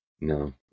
No